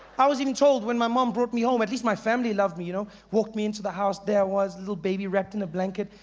i was even told, when my mom brought me home at least my family loved me, you know. walked me into the house, there i was little baby wrapped in a blanket.